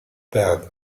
band